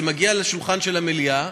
זה מגיע לשולחן של המליאה,